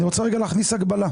אני רוצה רגע להכניס הגבלה.